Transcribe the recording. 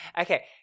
Okay